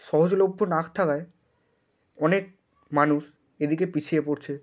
সহজলভ্য না থাকায় অনেক মানুষ এদিকে পিছিয়ে পড়ছে